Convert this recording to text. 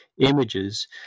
images